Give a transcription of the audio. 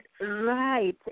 Right